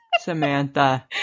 samantha